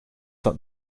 dat